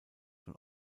von